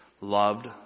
loved